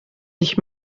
sich